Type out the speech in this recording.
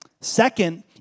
Second